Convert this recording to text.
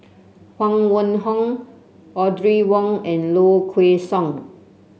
Huang Wenhong Audrey Wong and Low Kway Song